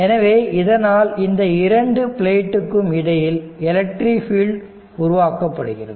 எனவே இதனால் இந்த இரண்டு பிளேட்டுக்கும் இடையில் எலக்ட்ரிக் ஃபீல்டு உருவாக்கப்படுகிறது